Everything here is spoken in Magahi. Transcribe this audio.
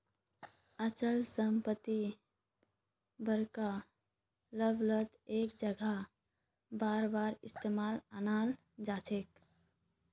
अचल संपत्ति बड़का लेवलत एक जगह बारबार इस्तेमालत अनाल जाछेक